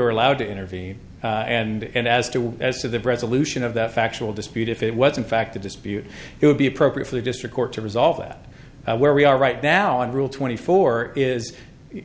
were allowed to intervene and as to as to the resolution of the factual dispute if it was in fact a dispute it would be appropriate for the district court to resolve that where we are right now and rule twenty four is